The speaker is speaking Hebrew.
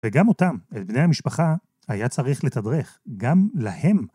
וגם אותם, את בני המשפחה, היה צריך לתדרך, גם להם